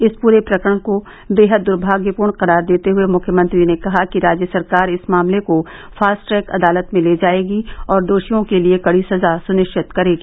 इस पूरे प्रकरण को बेहद द्भाग्यपूर्ण करार देते हुए मुख्यमंत्री ने कहा कि राज्य सरकार इस मामले को फास्ट ट्रैक अदालत में ले जाएगी और दोषियों के लिए कड़ी सजा सुनिश्चित करेगी